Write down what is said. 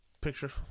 picture